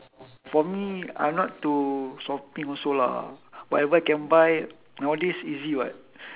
for me I'm not to shopping also lah whatever I can buy nowadays easy [what]